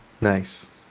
Nice